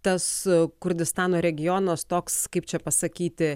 tas kurdistano regionas toks kaip čia pasakyti